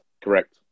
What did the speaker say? correct